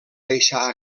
deixar